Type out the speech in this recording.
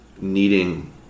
needing